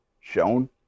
shown